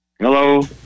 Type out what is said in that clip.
Hello